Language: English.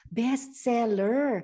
bestseller